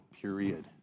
period